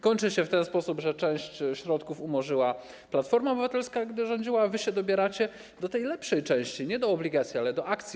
Kończy się w ten sposób, że część środków umorzyła Platforma Obywatelska, gdy rządziła, a wy się dobieracie do tej lepszej części: nie do obligacji, ale do akcji.